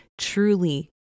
truly